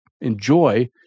enjoy